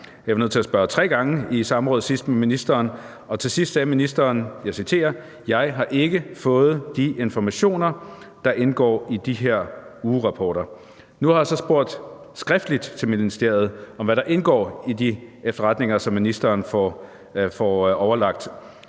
nødt til at spørge tre gange, og til sidst sagde ministeren, og jeg citerer: Jeg har ikke fået de informationer, der indgår i de her ugerapporter. Nu har jeg så skriftligt spurgt ministeriet om, hvad der indgår i de efterretninger, som ministeren får overbragt,